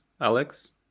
Alex